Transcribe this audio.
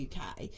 UK